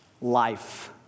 life